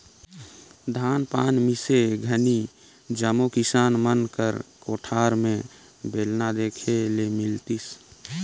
धान पान मिसे घनी जम्मो किसान मन कर कोठार मे बेलना देखे ले मिलतिस